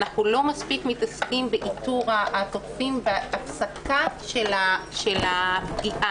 אנחנו לא מספיק מתעסקים באיתור התוקפים ובהפסקה של הפגיעה.